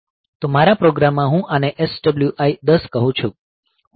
મારા પ્રોગ્રામ માં હું આને SWI 10 કહું છું